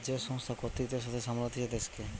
যে সংস্থা কর্তৃত্বের সাথে সামলাতিছে দেশকে